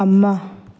ꯑꯃ